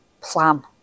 plan